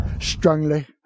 strongly